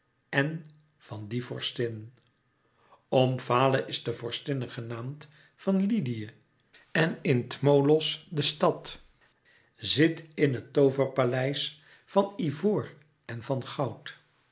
en van die vorstin omfale is de vorstinne genaamd van lydië en in tmolos de stad zit in het tooverpaleis van ivoor en van goud